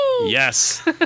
Yes